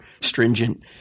stringent